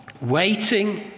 waiting